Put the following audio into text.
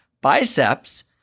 Biceps